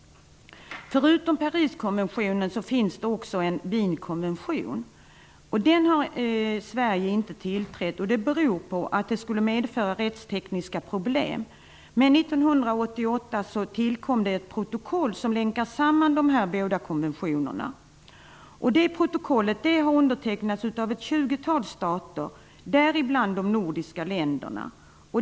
Förutom Pariskonventionen finns även en Wienkonvention. Denna har Sverige inte tillträtt. Det beror på att det skulle medföra rättstekniska problem. 1988 tillkom då ett protokoll som länkar samman de båda konventionerna. Detta protokoll har undertecknats av ett 20-tal stater, däribland de nordiska länderna.